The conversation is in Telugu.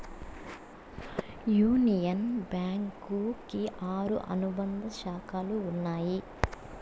యూనియన్ బ్యాంకు కి ఆరు అనుబంధ శాఖలు ఉన్నాయి